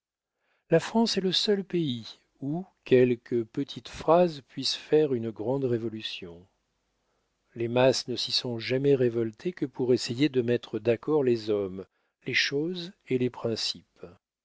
la france est le seul pays où quelque petite phrase puisse faire une grande révolution les masses ne s'y sont jamais révoltées que pour essayer de mettre d'accord les hommes les choses et les principes